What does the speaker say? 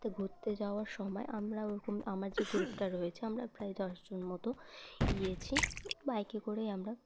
ঘুরতে যাওয়ার সময় আমরা ওরকম আমার যে গ্রুপটা রয়েছে আমরা প্রায় দশজন মতো গিয়েছি বাইকে করেই আমরা